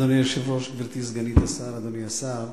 אדוני היושב-ראש, גברתי סגנית השר, אדוני השר,